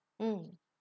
mm